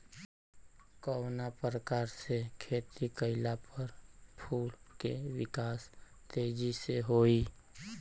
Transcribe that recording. कवना प्रकार से खेती कइला पर फूल के विकास तेजी से होयी?